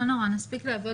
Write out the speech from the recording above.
אבל אני קושר את זה,